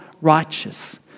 Righteous